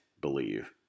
believe